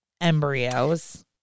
embryos